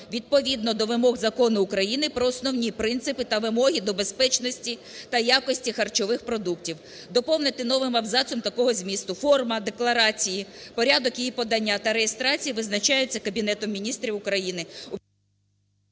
"відповідно до вимог Закону України "Про основні принципи та вимоги до безпечності та якості харчових продуктів". Доповнити новим абзацом такого змісту: форма декларації, порядок її подання та реєстрації визначається Кабінетом Міністрів України.